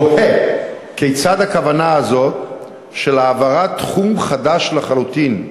תוהה כיצד הכוונה הזאת של העברת תחום חדש לחלוטין,